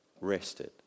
rested